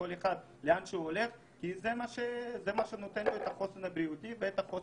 כי זה מה שנותן להם חוסן נפשי ובריאותי.